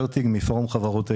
יש עלויות שוטפות חוץ מהנוזל עצמו.